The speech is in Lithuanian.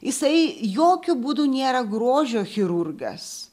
jisai jokiu būdu nėra grožio chirurgas